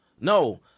no